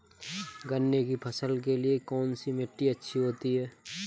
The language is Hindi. गन्ने की फसल के लिए कौनसी मिट्टी अच्छी होती है?